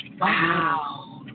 wow